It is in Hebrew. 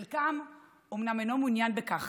חלקן של הנשים אומנם אינו מעוניין בכך,